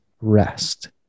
rest